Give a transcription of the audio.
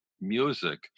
music